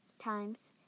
times